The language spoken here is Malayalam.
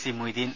സി മൊയ്തീൻ